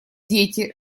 дети